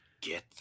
get